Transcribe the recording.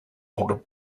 older